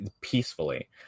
peacefully